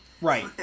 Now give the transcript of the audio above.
Right